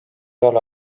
ole